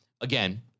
again